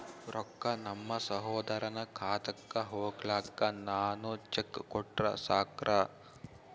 ರೊಕ್ಕ ನಮ್ಮಸಹೋದರನ ಖಾತಕ್ಕ ಹೋಗ್ಲಾಕ್ಕ ನಾನು ಚೆಕ್ ಕೊಟ್ರ ಸಾಕ್ರ?